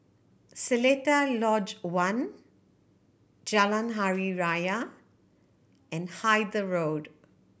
Seletar Lodge One Jalan Hari Raya and Hythe Road